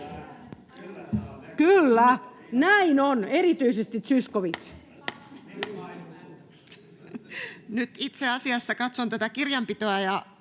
Kyllä, näin on. Erityisesti Zyskowicz. Nyt itse asiassa katson tätä kirjanpitoa,